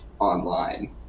online